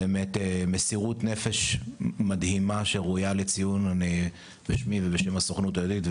באמת מסירות נפש מדהימה שראויה לציון בשמי ובשם הסוכנות היהודית,